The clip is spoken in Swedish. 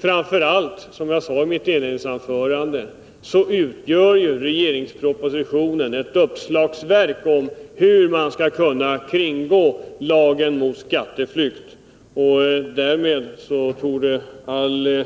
Framför allt fungerar propositionen, som jag sade i mitt inledningsanförande, som ett uppslagsverk över hur man kan kringgå lagen mot skatteflykt. I och med detta torde all